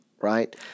right